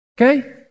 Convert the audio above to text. okay